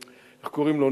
איך קוראים לו,